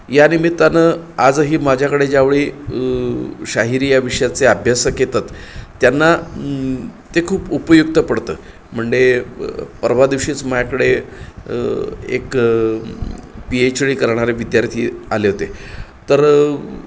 या निमित्तानं आजही माझ्याकडे ज्यावेळी शाहिरी या विषयाचे अभ्यासक येतात त्यांना ते खूप उपयुक्त पडतं म्हणजे परवा दिवशीच माझ्याकडे एक पीएच डी करणारे विद्यार्थी आले होते तर